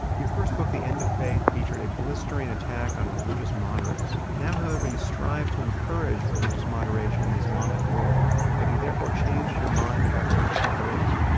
your first book, the end of faith, featured a blistering attack on religious moderates. now, however, you strive to encourage religious moderation in the islamic world. have you therefore changed your mind about religious moderation?